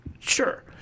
Sure